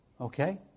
Okay